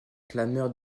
clameur